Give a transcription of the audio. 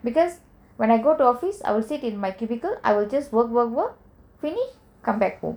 because when I go to office I will sit in my cubicle work work work finish I will come back home